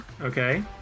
Okay